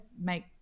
make